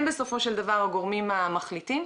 הם בסופו של דבר הגורמים המחליטים,